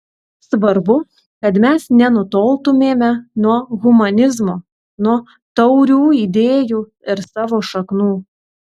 svarbu kad mes nenutoltumėme nuo humanizmo nuo taurių idėjų ir savo šaknų